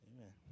Amen